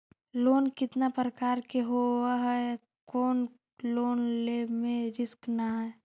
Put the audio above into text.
Loan कितना प्रकार के होबा है कोन लोन लेब में रिस्क न है?